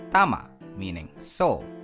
but meaning soul.